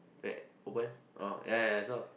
wait open oh ya ya I saw